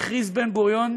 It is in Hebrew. הכריז בן-גוריון